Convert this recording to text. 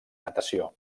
natació